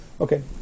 Okay